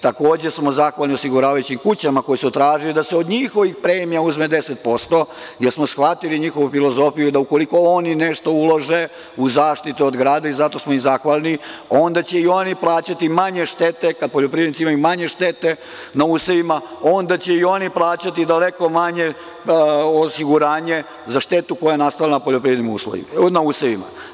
Takođe smo zahvalni osiguravajućim kućama koje su tražile da se od njihovih premija uzme 10%, jel smo shvatili njihovu filozofiju da ukoliko oni nešto ulože u zaštitu od grada, i zato smo im zahvalni, onda će i oni plaćati manje štete kada poljoprivrednici imaju manje štete na usevima, onda će i oni plaćati daleko manje osiguranje za štetu koja je nastala na poljoprivrednim usevima.